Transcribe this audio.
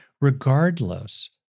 regardless